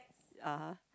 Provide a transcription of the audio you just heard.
(uh huh)